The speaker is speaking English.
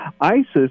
ISIS